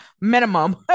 Minimum